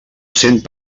cent